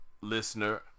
listener